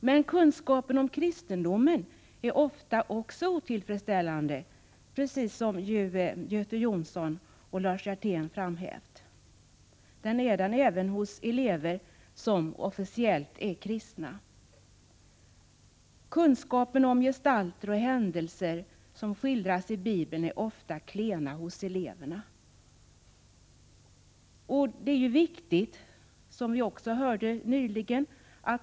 Men kunskapen om kristendomen är ofta också otillfredsställande, precis som Göte Jonsson och Lars Hjertén har framhävt. Det är den även hos elever som officiellt är kristna. Kunskaperna om gestalter och händelser som skildras i Bibeln är ofta klena hos eleverna.